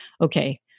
okay